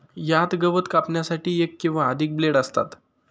यात गवत कापण्यासाठी एक किंवा अधिक ब्लेड असतात